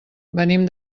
venim